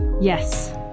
Yes